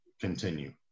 continue